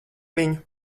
viņu